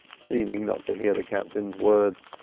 seeming not to hear the captain's words.